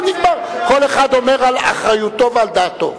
כל אחד אומר על אחריותו ועל דעתו.